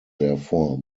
therefore